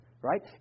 right